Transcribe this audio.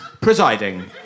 presiding